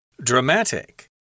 Dramatic